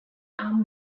arm